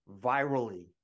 virally